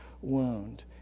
wound